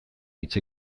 hitz